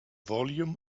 volume